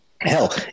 Hell